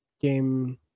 game